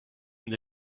and